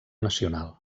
nacional